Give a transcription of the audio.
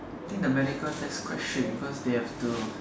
think the medical test quite strict because they have to